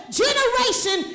generation